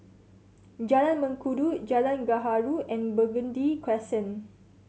Jalan Mengkudu Jalan Gaharu and Burgundy Crescent